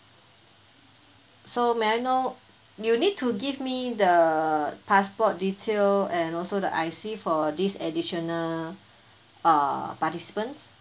so may I know you need to give me the passport detail and also the I_C for these additional uh participants